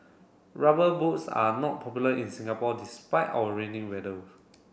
rubber boots are not popular in Singapore despite our rainy weather